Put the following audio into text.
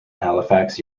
halifax